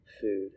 food